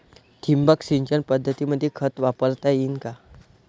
ठिबक सिंचन पद्धतीमंदी खत वापरता येईन का?